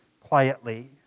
quietly